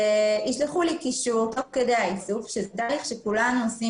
ישלחו לי קישור תוך כדי וזה דבר שכולנו עושים